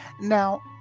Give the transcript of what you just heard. Now